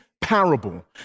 parable